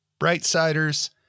BrightSiders